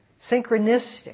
synchronistic